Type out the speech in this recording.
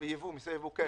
של מיסי ייבוא, כן.